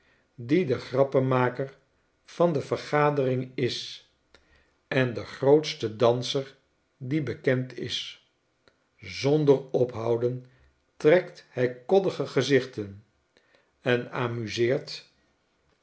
diedegrappenmaker van de vergadering is en de grootste danser die bekend is zonder ophouden trekt hij koddige gezichten en amuseert